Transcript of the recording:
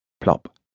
Plop